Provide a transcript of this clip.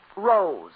Rose